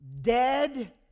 dead